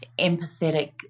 empathetic